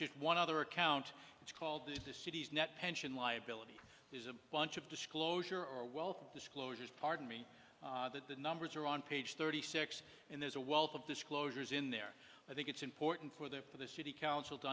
just one other account it's called the city's net pension liability is a bunch of disclosure or wealth disclosures pardon me that the numbers are on page thirty six and there's a wealth of disclosures in there i think it's important for the for the city council to